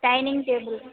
dining table